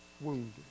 wounded